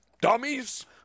dummies